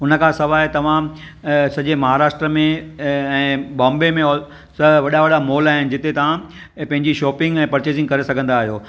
हुनखां सवाइ तव्हां सॼे महाराष्ट्र में ऐं बॉम्बे में ऑल त वॾा वॾा मॉल आहिनि जिते तव्हां पंहिंजी शॉपिंग ऐं पर्चेसिंग करे सघंदा आहियो